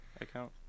account